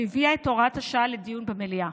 שהביאה את הוראת השעה לדיון במליאה.